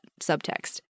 subtext